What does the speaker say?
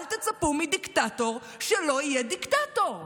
אל תצפו מדיקטטור שלא יהיה דיקטטור.